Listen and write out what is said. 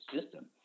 system